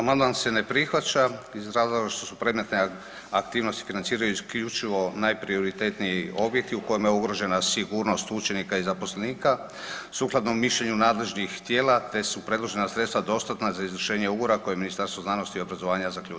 Amandman se ne prihvaća iz razloga što su predmetne aktivnosti financiraju isključivo najprioritetniji objekti u kojima je ugrožena sigurnost učenika i zaposlenika sukladno mišljenju nadležnih tijela, te su predložena sredstva dostatna za izvršenje ugovora koje je Ministarstvo znanosti i obrazovanja zaključilo.